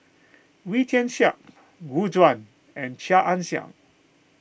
Wee Tian Siak Gu Juan and Chia Ann Siang